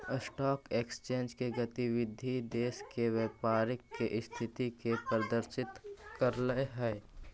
stock exchange के गतिविधि देश के व्यापारी के स्थिति के प्रदर्शित करऽ हइ